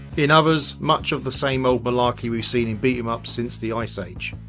in others much of the same old malarkey we've seen in beat'em ups since the ice age.